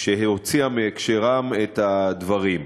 שהוציאה מהקשרם את הדברים.